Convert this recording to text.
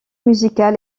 musical